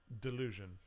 delusion